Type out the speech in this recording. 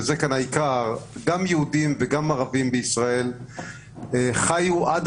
גם יהודים וגם ערבים בישראל חיו עד